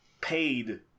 paid